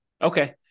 Okay